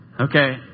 Okay